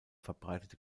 verbreitete